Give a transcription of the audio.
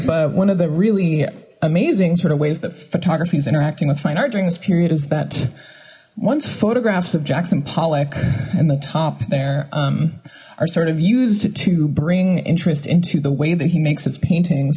but one of the really amazing sort of ways that photography is interacting with fine art during this period is that once photographs of jackson pollock in the top there are sort of used to bring interest into the way that he makes its painting